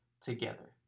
together